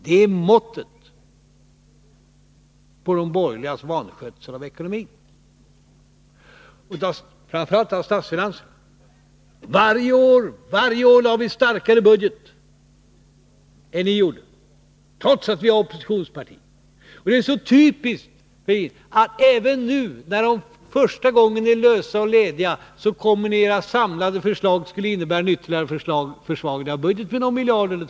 Det är måttet på de Nr 50 borgerligas vanskötsel av ekonomin, framför allt av statsfinanserna. Varje år Onsdagen den lade vi fram ett starkare budgetförslag än ni, trots att vi befann oss i 15 december 1982 opposition. Det är så typiskt att ni även nu, när ni första gången är lösa och lediga, kommer med ett samlat förslag som skulle innebära en ytterligare försvagning av budgeten med en eller två miljarder.